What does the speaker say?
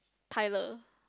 Tyler